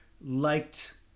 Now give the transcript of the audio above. liked